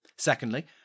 Secondly